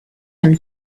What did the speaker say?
him